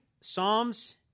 Psalms